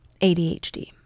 ADHD